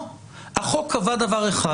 החוק קבע דבר אחד.